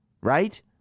right